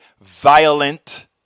violent